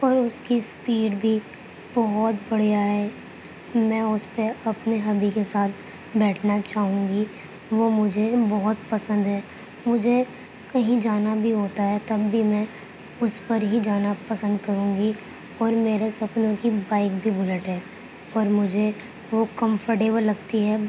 اور اس کی اسپیڈ بھی بہت بڑھیا ہے میں اس پہ اپنے ہبی کے ساتھ بیٹھنا چاہوں گی وہ مجھے بہت پسند ہے مجھے کہیں جانا بھی ہوتا ہے تب بھی میں اس پر ہی جانا پسند کروں گی اور میرے سپنوں کی بائک بھی بلیٹ ہے اور مجھے وہ کمفرٹیبل لگتی ہے